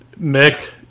Mick